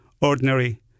Ordinary